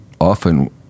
often